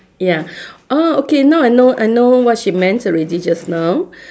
ya orh okay now I know I know what she meant already just now